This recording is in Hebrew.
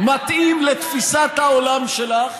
איך זה מתאים לתפיסת העולם שלך?